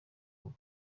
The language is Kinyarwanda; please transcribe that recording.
ubu